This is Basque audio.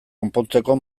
konpontzeko